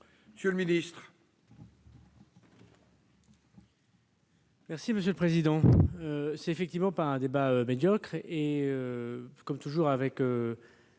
monsieur le ministre